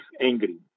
angry